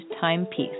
timepiece